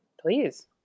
Please